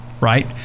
right